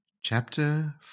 chapter